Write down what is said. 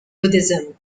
buddhism